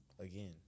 Again